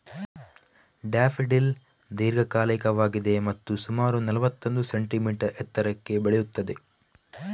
daffodil ದೀರ್ಘಕಾಲಿಕವಾಗಿದೆ ಮತ್ತು ಸುಮಾರು ನಲ್ವತ್ತೊಂದು ಸೆಂಟಿಮೀಟರ್ ಎತ್ತರಕ್ಕೆ ಬೆಳೆಯುತ್ತದೆ